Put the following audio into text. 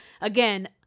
again